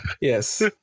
yes